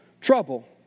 trouble